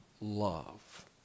love